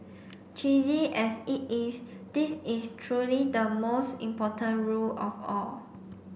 cheesy as it is this is truly the most important rule of all